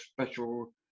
special